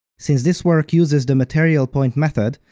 since this work uses the material point method,